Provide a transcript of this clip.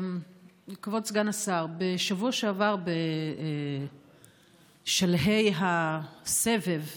כבוד סגן השר, בשבוע שעבר, בשלהי הסבב האחרון,